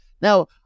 Now